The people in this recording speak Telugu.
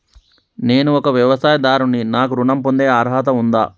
నేను ఒక వ్యవసాయదారుడిని నాకు ఋణం పొందే అర్హత ఉందా?